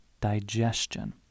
digestion